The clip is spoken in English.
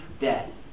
dead